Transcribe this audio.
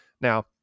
now